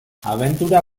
abentura